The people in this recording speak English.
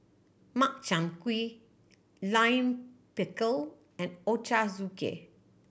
Makchang Gui Lime Pickle and Ochazuke